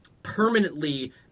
permanently